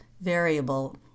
variable